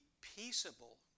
peaceable